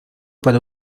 para